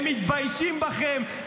הם מתביישים בכם,